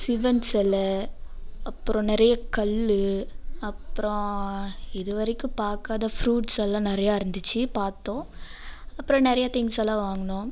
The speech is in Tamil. சிவன் சிலை அப்பறம் நிறைய கல் அப்பறம் இது வரைக்கும் பார்க்காத ஃப்ரூட்ஸ்ஸெல்லாம் நிறையா இருந்துச்சு பார்த்தோம் அப்பறம் நிறைய திங்ஸ் எல்லாம் வாங்குனோம்